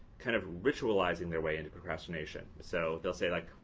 kind of ritualizing their way into procrastination. so, they will say, like